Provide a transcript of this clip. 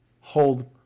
hold